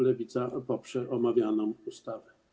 Lewica poprze omawianą ustawę.